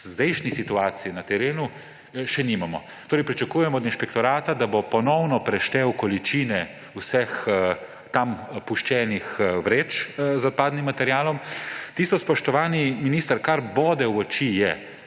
zdajšnji situaciji na terenu še nimamo. Pričakujem torej od inšpektorata, da bo ponovno preštel količine vseh tam puščenih vreč z odpadnim materialom. Tisto, spoštovani minister, kar bode v oči, je